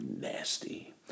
nasty